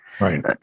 Right